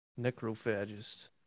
necrophagist